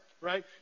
right